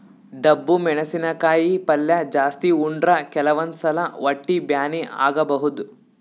ಡಬ್ಬು ಮೆಣಸಿನಕಾಯಿ ಪಲ್ಯ ಜಾಸ್ತಿ ಉಂಡ್ರ ಕೆಲವಂದ್ ಸಲಾ ಹೊಟ್ಟಿ ಬ್ಯಾನಿ ಆಗಬಹುದ್